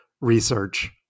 research